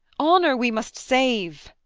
honour, we must save!